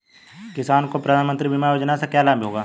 किसानों को प्रधानमंत्री बीमा योजना से क्या लाभ होगा?